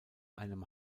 einem